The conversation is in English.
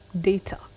data